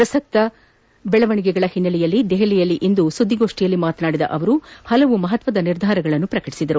ಪ್ರಸಕ್ತ ಬೆಳವಣಿಗೆಗಳ ಒನ್ನೆಲೆಯಲ್ಲಿ ದೆಹಲಿಯಲ್ಲಿಂದು ಸುದ್ದಿಗೋಷ್ಠಿಯಲ್ಲಿ ಮಾತನಾಡಿದ ಅವರು ಪಲವು ಮಹತ್ವದ ನಿರ್ಧಾರಗಳನ್ನು ಪ್ರಕಟಿಸಿದ್ದಾರೆ